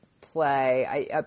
play